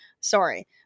Sorry